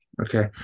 okay